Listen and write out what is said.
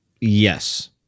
Yes